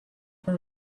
her